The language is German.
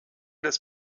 des